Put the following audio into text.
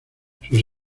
sus